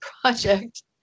project